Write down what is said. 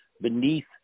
beneath